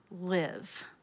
live